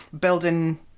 building